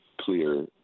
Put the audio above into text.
clear